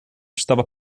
stava